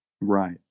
Right